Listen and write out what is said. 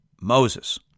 Moses